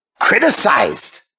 criticized